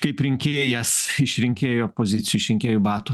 kaip rinkėjas iš rinkėjų pozic iš rinkėjo batų